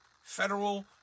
federal